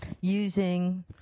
using